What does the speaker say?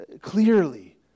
Clearly